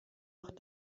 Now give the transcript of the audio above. auch